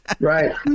Right